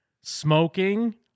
smoking